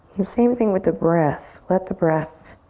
same thing with the breath, let the breath